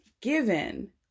given